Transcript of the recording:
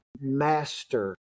master